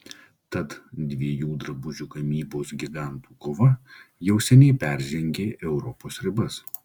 tad dviejų drabužių gamybos gigantų kova jau seniai peržengė europos ribas